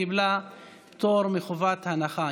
קיבלה פטור מחובת הנחה.